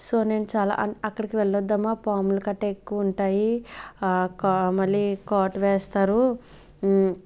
so నేను చాలా అ అక్కడికి వెళ్ళోద్దామా పాములు కట్టే ఎక్కువ ఉంటాయి కా మళ్ళీ కాటు వేస్తారు